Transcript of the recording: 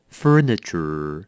furniture，